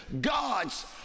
God's